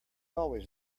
always